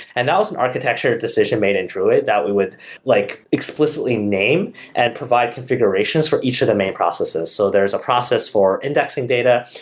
and that was an architecture decision made in druid, that we would like explicitly name and provide configurations for each of the main processes. so there's a process for indexing data,